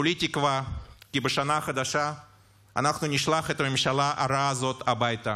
כולי תקווה כי בשנה החדשה אנחנו נשלח את הממשלה הרעה הזאת הביתה,